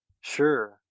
Sure